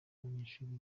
abanyeshuri